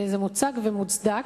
זה מוצק ומוצדק.